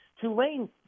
Tulane